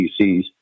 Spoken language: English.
PCs